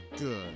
Good